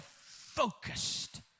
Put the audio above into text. focused